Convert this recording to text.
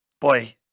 Boy